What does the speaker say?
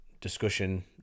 discussion